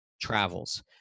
travels